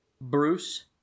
Bruce